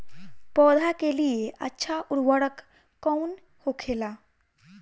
पौधा के लिए अच्छा उर्वरक कउन होखेला?